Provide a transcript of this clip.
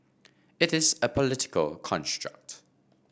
it is a political construct